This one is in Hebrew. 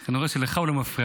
אני רואה שלך הוא לא מפריע,